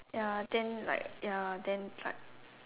ya then like ya then like